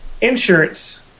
insurance